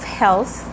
health